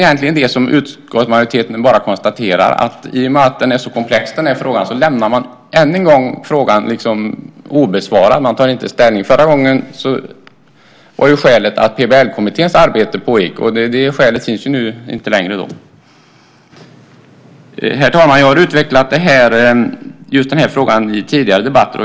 Men i och med att utskottsmajoriteten konstaterar att frågan är så komplex lämnas frågan än en gång obesvarad. Man tar inte ställning. Förra gången var skälet att PBL-kommitténs arbete pågick. Det skälet finns nu inte längre. Herr talman! Jag har utvecklat den här frågan i tidigare debatter.